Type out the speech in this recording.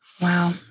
Wow